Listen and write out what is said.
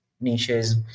niches